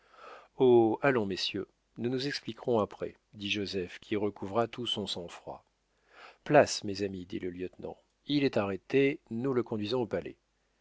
allons messieurs nous nous expliquerons après dit joseph qui recouvra tout son sang-froid place mes amis dit le lieutenant il est arrêté nous le conduisons au palais